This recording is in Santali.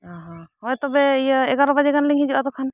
ᱚ ᱦᱚᱸ ᱦᱳᱭ ᱛᱚᱵᱮ ᱤᱭᱟᱹ ᱮᱜᱟᱨᱚ ᱵᱟᱡᱮ ᱜᱟᱱ ᱞᱤᱧ ᱦᱤᱡᱩᱜᱼᱟ ᱛᱚᱠᱷᱟᱱ